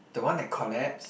the one that collapsed